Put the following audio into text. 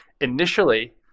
Initially